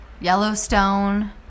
Yellowstone